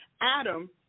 Adam